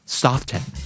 soften